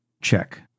Check